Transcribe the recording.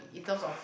in terms of